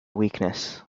weakness